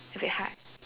a bit hard